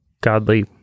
godly